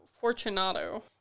Fortunato